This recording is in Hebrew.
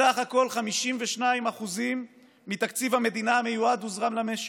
בסך הכול 52% מתקציב המדינה המיועד הוזרם למשק.